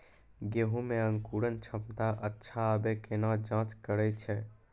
गेहूँ मे अंकुरन क्षमता अच्छा आबे केना जाँच करैय छै?